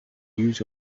use